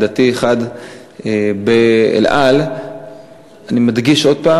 דתי אחד ב"אל על"; אני מדגיש שוב: